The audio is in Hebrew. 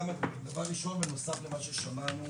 בנוסף למה ששמענו